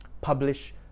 Publish